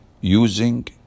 using